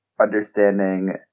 understanding